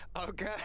Okay